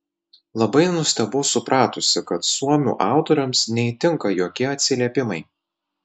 labai nustebau supratusi kad suomių autoriams neįtinka jokie atsiliepimai